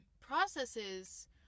processes